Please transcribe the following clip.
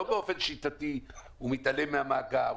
לא שבאופן שיטתי הוא מתעלם מהמאגר,